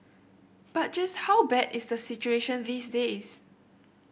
but just how bad is the situation these days